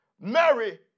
Mary